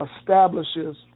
establishes